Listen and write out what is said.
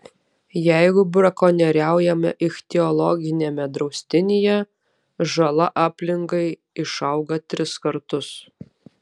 jeigu brakonieriaujama ichtiologiniame draustinyje žala aplinkai išauga tris kartus